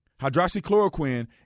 Hydroxychloroquine